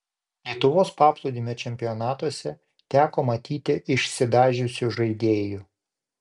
lietuvos paplūdimio čempionatuose teko matyti išsidažiusių žaidėjų